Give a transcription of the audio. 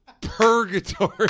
purgatory